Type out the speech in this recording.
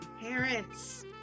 parents